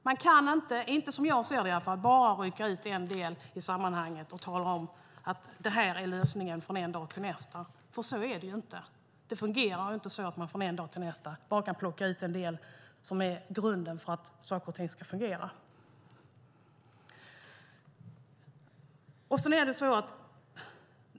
Man kan inte, som jag ser det i alla, bara rycka ut en del ur sammanhanget och från den ena dagen till den andra tala om att det här är lösningen, för så är det ju inte. Det fungerar inte så att man från den ena dagen till den andra bara kan plocka ut en del som grunden för att saker och ting ska fungera.